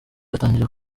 atangira